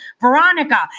Veronica